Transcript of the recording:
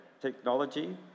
Technology